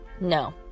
No